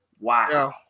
Wow